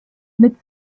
mit